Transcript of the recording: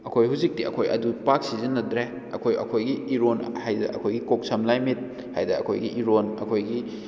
ꯑꯩꯈꯣꯏ ꯍꯧꯖꯤꯛꯇꯤ ꯑꯩꯈꯣꯏ ꯑꯗꯨ ꯄꯥꯛ ꯁꯤꯖꯤꯟꯅꯗ꯭ꯔꯦ ꯑꯩꯈꯣꯏ ꯑꯩꯈꯣꯏꯒꯤ ꯏꯔꯣꯟ ꯍꯥꯏꯗꯤ ꯑꯩꯈꯣꯏꯒꯤ ꯀꯣꯛ ꯁꯝ ꯂꯥꯏ ꯃꯤꯠ ꯍꯥꯏꯗ ꯑꯩꯈꯣꯏꯒꯤ ꯏꯔꯣꯟ ꯑꯩꯈꯣꯏꯒꯤ